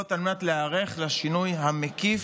על מנת להיערך לשינוי המקיף,